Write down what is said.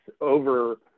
over